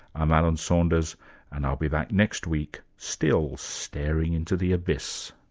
i'm alan saunders and i'll be back next week, still staring into the abyss